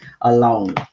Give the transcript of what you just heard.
alone